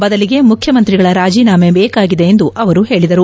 ಬದಲಿಗೆ ಮುಖ್ಯಮಂತ್ರಿಗಳ ರಾಜೀನಾಮೆ ಬೇಕಾಗಿದೆ ಎಂದು ಅವರು ಹೇಳಿದರು